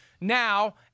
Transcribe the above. now